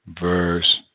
verse